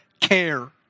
care